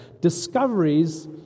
Discoveries